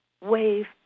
wave